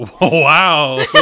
Wow